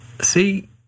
See